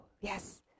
Yes